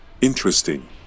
Interesting